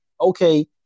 okay